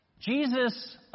Jesus